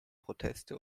proteste